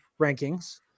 rankings